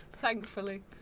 thankfully